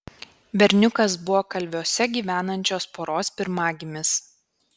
berniukas buvo kalviuose gyvenančios poros pirmagimis